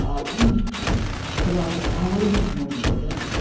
आ ई खेला सऽ आनन्दित मोन भऽ जाएत